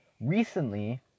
recently